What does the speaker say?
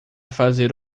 fazer